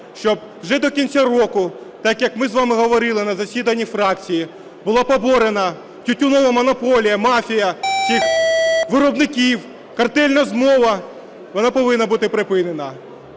щоб вже до кінця року, так, як ми з вами говорили на засіданні фракції, була поборена тютюнова монополія, мафія цих виробників, картельна змова, вона повинна бути припинена,